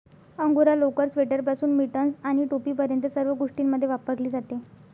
angora लोकर, स्वेटरपासून mittens आणि टोपीपर्यंत सर्व गोष्टींमध्ये वापरली जाते